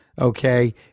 okay